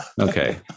Okay